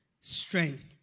strength